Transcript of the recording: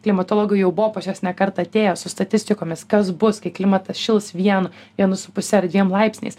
klimatologai jau buvo pas juos ne kartą atėję su statistikomis kas bus kai klimatas šils vienu vienu su puse ar dviem laipsniais